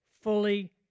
fully